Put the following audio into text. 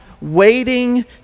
waiting